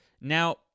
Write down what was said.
Now